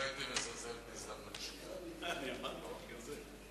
לוח הזמנים של המליאה השתנה במקצת,